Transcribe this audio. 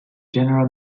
general